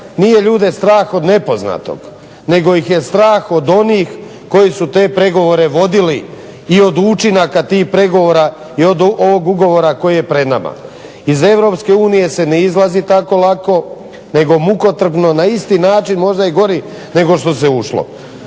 nije ljude strah od nepoznatog, nego ih je strah od onih koji su te pregovore vodili i od učinaka tih pregovora i od ovog ugovora koji je pred nama. Iz EU se ne izlazi tako lako, nego mukotrpno na isti način možda i gori nego što se ušlo.